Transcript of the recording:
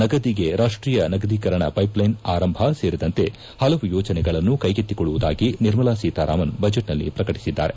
ನಗದಿಗೆ ರಾಷ್ವೀಯ ನಗದೀಕರಣ ಪೈಪ್ಲೇನ್ ಆರಂಭ ಸೇರಿದಂತೆ ಪಲವು ಯೋಜನೆಗಳನ್ನು ಕ್ಸೆಗೆಟ್ಟಿಕೊಳ್ಳುವುದಾಗಿ ನಿರ್ಮಲಾ ಸೀತಾರಾಮನ್ ಬಜೆಬ್ನಲ್ಲಿ ಪ್ರಕಟಿಸಿದ್ದಾರೆ